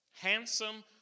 Handsome